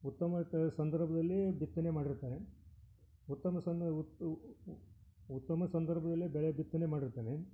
ಉತ್ತಮತೆ ಸಂದರ್ಭದಲ್ಲೀ ಬಿತ್ತನೆ ಮಾಡಿರ್ತಾನೆ ಉತ್ತಮ ಸಂದ್ ಉತ್ತಮ ಸಂದರ್ಭದಲ್ಲಿ ಬೆಳೆ ಬಿತ್ತನೆ ಮಾಡಿರ್ತಾನೆ